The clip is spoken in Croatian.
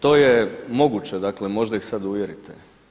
To je moguće, dakle možda ih sa uvjerite.